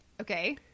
Okay